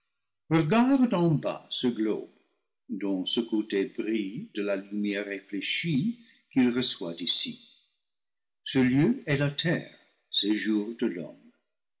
ce globe dont ce côté brille de la lumière réfléchie qu'il reçoit d'ici ce lieu est la terre séjour de l'homme